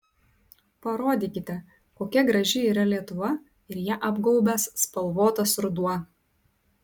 parodykite kokia graži yra lietuva ir ją apgaubęs spalvotas ruduo